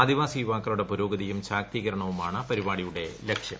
ആദിവാസി യുവാക്കളുടെ പുരോഗതിയും ശാക്തീകരണവുമാണ് പരിപ്പാടിയുടെ ലക്ഷ്യം